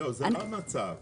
זה לא מחר בבוקר.